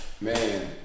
Man